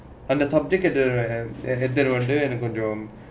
on the subject எனக்கு வந்தே கொஞ்சம்:ennakku vanthu konjam